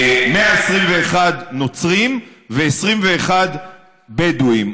121 נוצרים ו-21 בדואים.